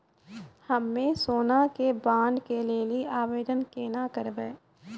हम्मे सोना के बॉन्ड के लेली आवेदन केना करबै?